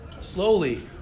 slowly